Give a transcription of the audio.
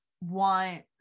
want